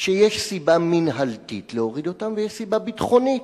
שיש סיבה מינהלית להוריד אותם ויש סיבה ביטחונית,